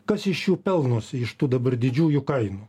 kas iš jų pelnosi iš tų dabar didžiųjų kainų